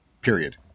period